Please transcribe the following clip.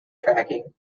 tracking